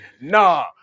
nah